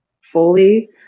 fully